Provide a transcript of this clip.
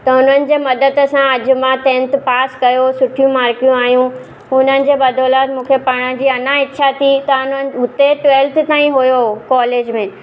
त हुननि जे मदद सां अॼु मां टेंथ पास कयो सुठियूं मार्कियूं आयूं हुननि जी बदौलत मूंखे पढ़ण जी अञा इच्छा थी त हाणे हुते ट्वेल्थ ताईं हुयो कॉलेज में